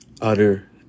Utter